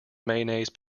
mayonnaise